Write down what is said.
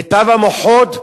מיטב המוחות,